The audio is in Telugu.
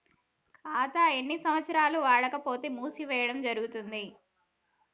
ఖాతా ఎన్ని సంవత్సరాలు వాడకపోతే మూసివేయడం జరుగుతుంది?